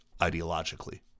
ideologically